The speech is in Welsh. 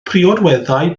priodweddau